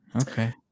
Okay